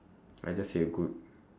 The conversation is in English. I just say good